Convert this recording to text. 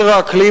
חברתיות,